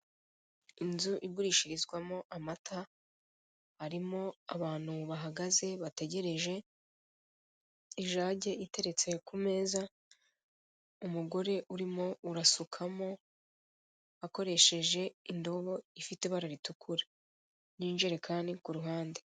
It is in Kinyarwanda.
Inzu igurishirizwamo amata irimo abantu bahagaze bategereje, ijage iteretse ku meza, umugore urimo arasukamo akoresheje indobo ifite ibara ritukura n'ijerekani ku ruhande.